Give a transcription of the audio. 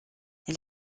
elle